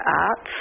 Arts